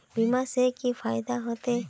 बीमा से की फायदा होते?